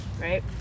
right